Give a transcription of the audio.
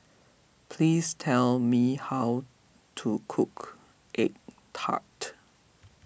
please tell me how to cook Egg Tart